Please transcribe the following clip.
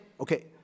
Okay